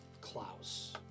Klaus